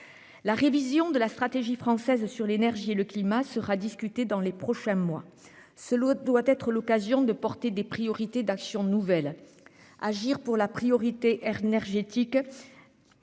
La révision de la stratégie française sur l'énergie et le climat sera discuté dans les prochains mois ce l'autre doit être l'occasion de porter des priorités d'action nouvelles. Agir pour la priorité Hertner génétique.